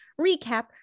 recap